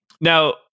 Now